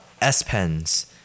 S-Pens